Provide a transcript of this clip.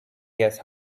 guess